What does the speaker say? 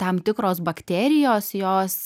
tam tikros bakterijos jos